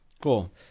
Cool